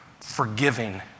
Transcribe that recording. Forgiving